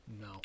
No